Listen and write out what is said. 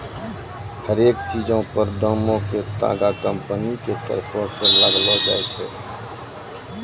हरेक चीजो पर दामो के तागा कंपनी के तरफो से लगैलो जाय छै